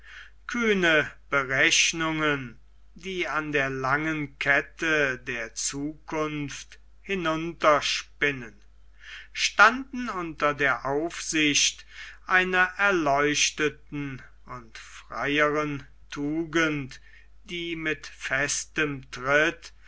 kühne berechnungen die an der langen kette der zukunft hinunterspinnen standen unter der aufsicht einer erleuchteten und freieren tugend die mit festem tritt